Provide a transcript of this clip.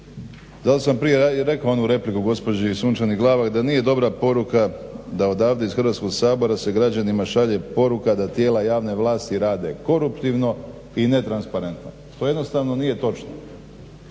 Zato sam prije rekao onu repliku gospođi Sunčani Glavak da nije dobra poruka da odavde iz Hrvatskog sabora se građanima šalje poruka da tijela javne vlasti rad koruptivno i ne transparentno. To jednostavno nije točno